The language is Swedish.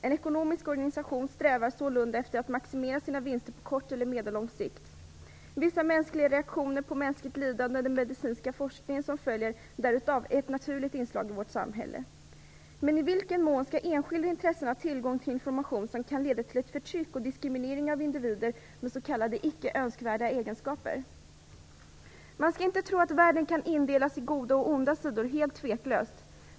En ekonomisk organisation strävar sålunda efter att maximera sina vinster på kort eller medellång sikt. Vissa mänskliga reaktioner på mänskligt lidande och den medicinska forskning som följer därav är ett naturligt inslag i vårt samhälle. Men i vilken mån skall enskilda intressen ha tillgång till information som kan leda till förtryck och diskriminering av individer med s.k. icke önskvärda egenskaper? Man skall inte tro att världen kan indelas i goda och onda sidor helt tveklöst.